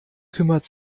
kümmert